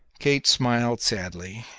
kate smiled sadly.